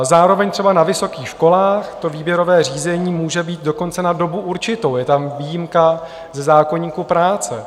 Zároveň třeba na vysokých školách výběrové řízení může být dokonce na dobu určitou, je tam výjimka ze zákoníku práce.